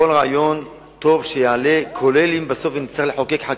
בכל רעיון טוב שיעלה, גם אם בסוף נצטרך לחוקק.